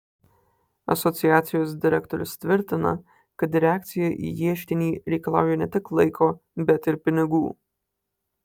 asociacijos direktorius tvirtina kad reakcija į ieškinį reikalauja ne tik laiko bet ir pinigų